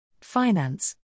Finance